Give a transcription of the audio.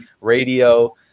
radio